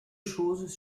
choses